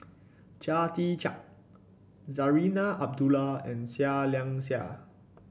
Chia Tee Chiak Zarinah Abdullah and Seah Liang Seah